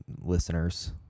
listeners